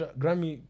grammy